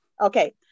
Okay